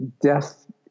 death